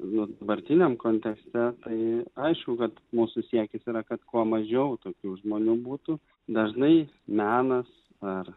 jų dabartiniam kontekste tai aišku kad mūsų siekis yra kad kuo mažiau tokių žmonių būtų dažnai menas ar